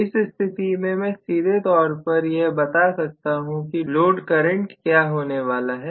इस स्थिति में मैं सीधे तौर पर यह बता सकता हूं कि लोड करंट क्या होने वाला है